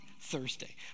Thursday